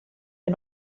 wir